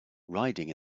riding